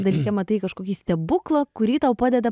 dalyke matai kažkokį stebuklą kurį tau padeda